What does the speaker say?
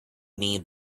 need